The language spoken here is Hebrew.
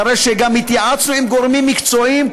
אחרי שגם התייעצנו עם גורמים מקצועיים,